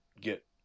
get